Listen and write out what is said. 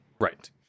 right